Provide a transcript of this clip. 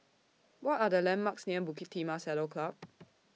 What Are The landmarks near Bukit Timah Saddle Club